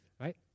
right